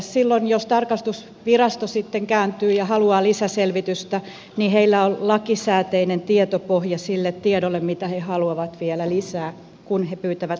silloin jos tarkastusvirasto sitten kääntyy ja haluaa lisäselvitystä heillä on lakisääteinen tietopohja sille tiedolle mitä he haluavat vielä lisää kun he pyytävät lisätietoja